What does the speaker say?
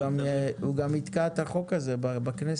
הוא גם יתקע את החוק הזה בכנסת.